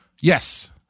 Yes